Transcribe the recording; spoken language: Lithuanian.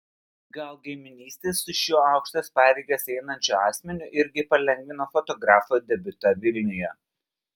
gal giminystė su šiuo aukštas pareigas einančiu asmeniu irgi palengvino fotografo debiutą vilniuje